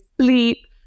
sleep